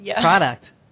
product